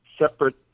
separate